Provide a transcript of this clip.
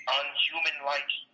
unhuman-like